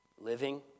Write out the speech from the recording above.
Living